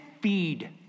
feed